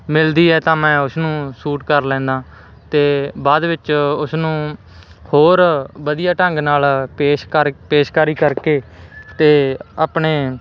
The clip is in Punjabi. ਮਿਲਦੀ ਹੈ ਤਾਂ ਮੈਂ ਉਸਨੂੰ ਸੂਟ ਕਰ ਲੈਨਾ ਤੇ ਬਾਅਦ ਵਿੱਚ ਉਸਨੂੰ ਹੋਰ ਵਧੀਆ ਢੰਗ ਨਾਲ ਪੇਸ਼ਕਾਰ ਪੇਸ਼ਕਾਰੀ ਕਰਕੇ ਤੇ ਆਪਣੇ